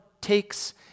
takes